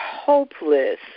hopeless